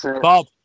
Bob